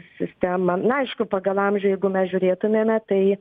sistemą na aišku pagal amžių jeigu mes žiūrėtumėme tai